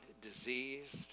diseased